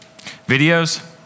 Videos